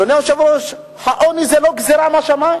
אדוני היושב-ראש, העוני הוא לא גזירה משמים.